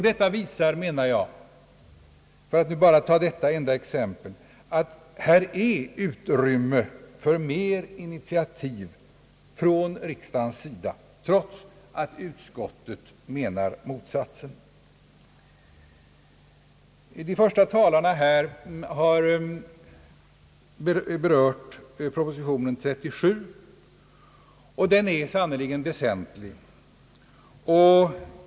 Detta visar enligt min mening, för att bara ta detta enda exempel, att här finns utrymme för mer initiativ från riksdagens sida, trots att utskottet menar motsatsen. De första talarna här har berört propositionen nr 37, och den är sannerligen väsentlig.